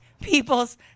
people's